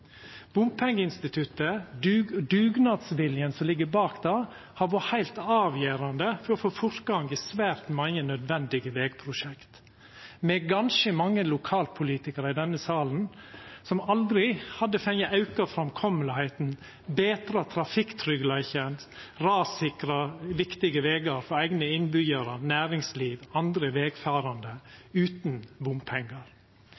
Bompengeinstituttet, dugnadsviljen som ligg bak, har vore heilt avgjerande for å få fortgang i svært mange nødvendige vegprosjekt – med ganske mange lokalpolitikarar i denne salen som aldri hadde fått auka framkomsten, betra trafikktryggleiken eller rassikra viktige vegar for eigne innbyggjarar, næringsliv og andre